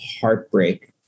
heartbreak